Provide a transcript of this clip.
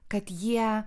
kad jie